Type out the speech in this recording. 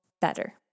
better